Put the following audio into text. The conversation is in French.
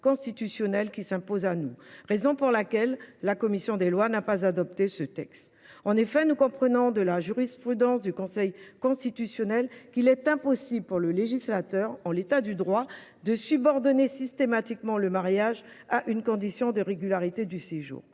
constitutionnelles qui s’imposent à nous. C’est la raison pour laquelle la commission des lois n’a pas adopté ce texte. En effet, nous comprenons de la jurisprudence du Conseil constitutionnel qu’il est impossible pour le législateur, en l’état du droit, de subordonner systématiquement le mariage à une condition de régularité du séjour.